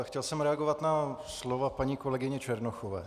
Chtěl jsem reagovat na slova paní kolegyně Černochové.